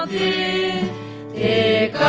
e a